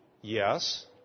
yes